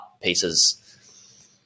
pieces